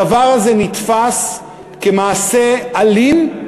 הדבר הזה נתפס כמעשה אלים,